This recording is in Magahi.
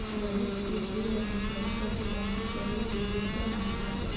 भविष्य के प्रूफ लगी जमा पर्ची डाउनलोड करे ल बेहतर मानल जा हय